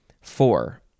Four